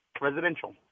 residential